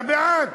אתה בעד.